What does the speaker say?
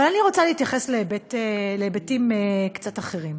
אבל אני רוצה להתייחס להיבטים קצת אחרים,